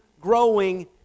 growing